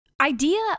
idea